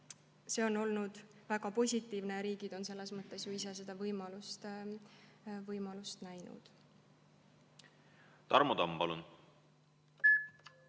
See on olnud väga positiivne ja riigid on ju ise seda võimalust näinud.